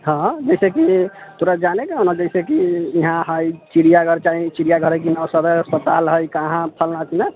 हाँ जैसे कि तोरा जानै कऽ हौ न जैसे कि इहाँ हय चिड़ियाघर चाहे चिड़ियाघर हय कि न सदर अस्पताल हय कहाँ फल्ला चिल्ला